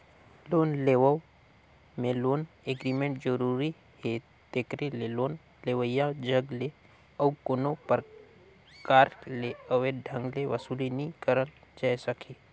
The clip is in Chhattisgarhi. लोन लेवब में लोन एग्रीमेंट जरूरी हे तेकरे ले लोन लेवइया जग ले अउ कोनो परकार ले अवैध ढंग ले बसूली नी करल जाए सके